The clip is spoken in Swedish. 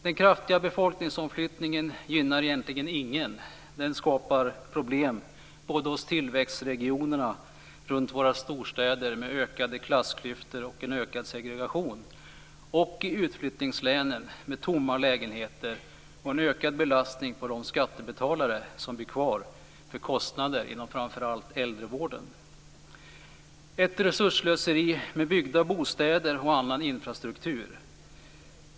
Den kraftiga befolkningsomflyttningen gynnar egentligen ingen. Den skapar problem både hos tillväxtregionerna runt våra storstäder, med ökade klassklyftor och en ökad segregation, och i utflyttningslänen, med tomma lägenheter och en ökad belastning på de skattebetalare som blir kvar för kostnader inom framför allt äldrevården. Det är ett resursslöseri med byggda bostäder och annan infrastruktur.